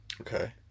okay